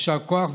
יישר כוח,